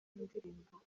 indirimbo